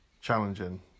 challenging